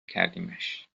کردیمش